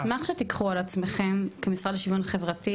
אני אשמח שתיקחו על עצמכם כמשרד לשוויון חברתי,